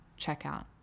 checkout